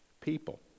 people